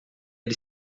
era